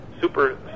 super